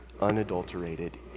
unadulterated